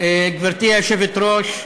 גברתי היושבת-ראש,